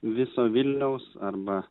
viso vilniaus arba